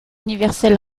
universel